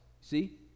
See